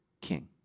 king